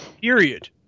Period